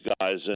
guys